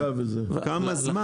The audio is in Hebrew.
כמה זמן?